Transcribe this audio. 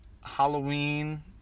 Halloween